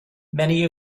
many